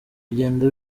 bigenda